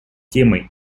темой